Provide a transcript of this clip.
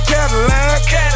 Cadillac